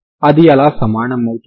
అది అలా సమానం అవుతుంది